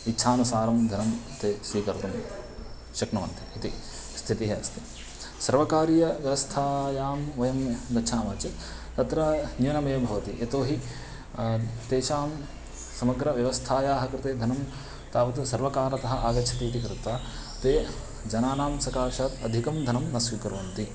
इच्छानुसारं धनं ते स्वीकर्तुं शक्नुवन्ति इति स्थितिः अस्ति सर्वकारीयव्यवस्थायां वयं गच्छामः चेत् तत्र न्यूनमेव भवति यतोहि तेषां समग्रव्यवस्थायाः कृते धनं तावत् सर्वकारतः आगच्छति इति कृत्वा ते जनानां सकाशात् अधिकं धनं न स्वीकुर्वन्ति